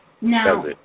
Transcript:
Now